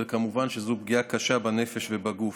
וכמובן שזו פגיעה קשה בנפש ובגוף.